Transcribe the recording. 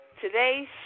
Today's